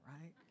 right